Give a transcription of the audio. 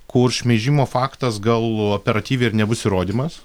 kur šmeižimo faktas gal operatyviai ir nebus įrodymas